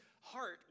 heart